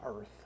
earth